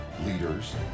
leaders